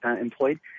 employed